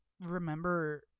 remember